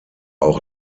auch